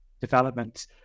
development